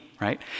right